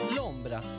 L'ombra